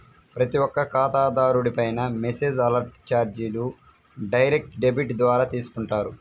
ప్రతి ఒక్క ఖాతాదారుడిపైనా మెసేజ్ అలర్ట్ చార్జీలు డైరెక్ట్ డెబిట్ ద్వారా తీసుకుంటారు